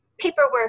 paperwork